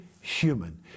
human